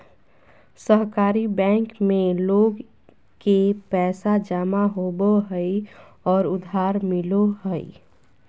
सहकारी बैंक में लोग के पैसा जमा होबो हइ और उधार मिलो हइ